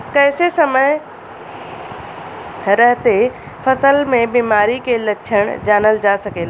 कइसे समय रहते फसल में बिमारी के लक्षण जानल जा सकेला?